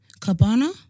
Cabana